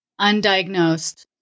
undiagnosed